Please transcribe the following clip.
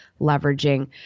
leveraging